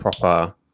proper